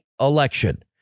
election